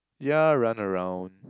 ya run around